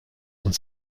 und